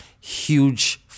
huge